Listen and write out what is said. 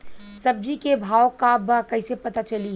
सब्जी के भाव का बा कैसे पता चली?